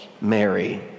Mary